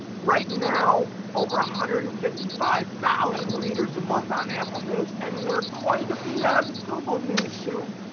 right now over one ah hundred and fifty five thousand readers a month on apple news, and we're going to be on google news soon.